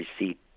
receipt